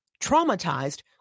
Traumatized